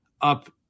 up